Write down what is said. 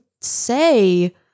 say